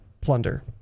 Plunder